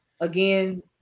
again